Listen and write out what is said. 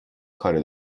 کاری